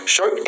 Show